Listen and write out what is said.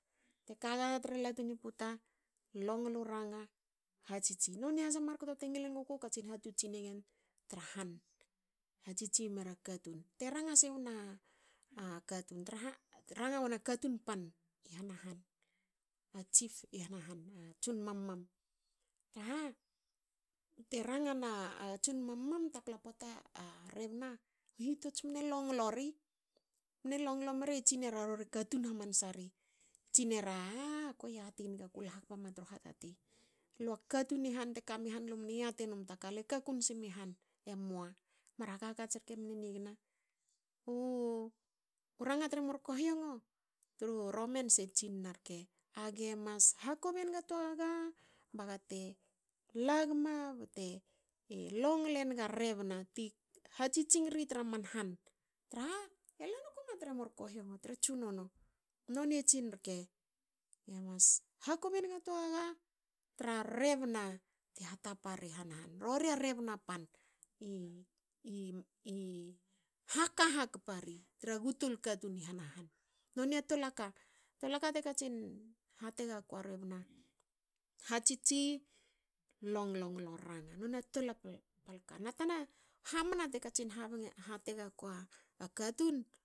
Teka gaga tra latu ni puta. longlu ranga. hatsitsi. Noni has a markto te ngil engu ku, katsin hatotsi negen tra han. Hatsitsi mera katun. te ranga si wona katun. traha te ranga wona katun pan i hena han. a chief i hna han. a tson mamam traha te ranga na tson mamam tapla poata a rebna u hitots mne longlo ri. Mne longlo meri e tsi hamanse ri a rori e katun hamansa ri. tsinera aku yati ngi. aku la hakpama tru hatati. lu a katun ni han lu mne yati enum ta ka. le ka kun sinmi han. Emoa mar hakhakats rke mne nigna. U ranga tre murkohiongo tru romans e tsina na rke,"age mas hakobi enga toa gaga baga te la gma bte longle nga rebna ti hatsitsing ri tra man han."traha e la noku ma tre murkohiongo tre tsunono." Noni e tsini rke. age mas hakobi senga togaga tra rebna na te hatapa hena han. rori a rebna pan. I haka hakpa ri tra gu tul katun i hena han, noni a tol aka te katsin hate ga ku a rebna. hatsitsi. longlonglo ranga. nona tol aka na tana hamna te katsin ranga. hate gakua katun.